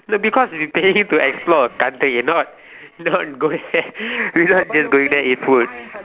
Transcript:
no because you get him to explore a country not not go there we not just going there eat food